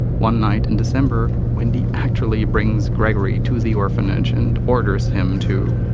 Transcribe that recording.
one night in december wendy actually brings gregory to the orphanage and orders him to.